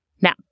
Now